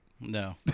No